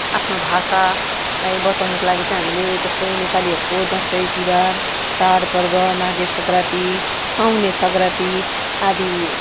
आफ्नो भाषालाई बचाउनुको लागि चाहिँ हामीले जस्तो नेपालीहरूको दसैँ तिहार चाड पर्व माघे सङ्क्रान्ति साउने सङ्क्रान्ति आदि